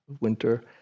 winter